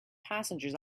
passengers